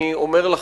ואני אומר לכם: